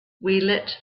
lit